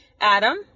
Adam